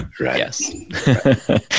Yes